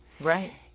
Right